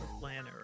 planner